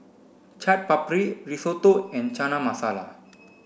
Chaat Papri Risotto and Chana Masala